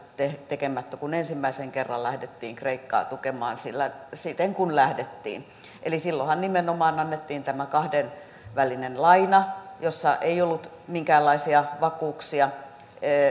tekemättä kun ensimmäisen kerran lähdettiin kreikkaa tukemaan siten kuin lähdettiin eli silloinhan nimenomaan annettiin tämä kahdenvälinen laina jossa ei ollut minkäänlaisia vakuuksia ja